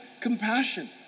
compassion